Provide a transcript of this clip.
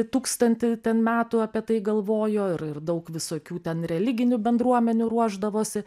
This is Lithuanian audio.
tūkstantį ten metų apie tai galvojo ir daug visokių ten religinių bendruomenių ruošdavosi